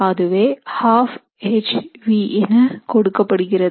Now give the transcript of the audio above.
அதுவே 12 hv என கொடுக்கப்படுகிறது